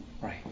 Right